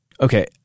okay